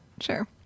sure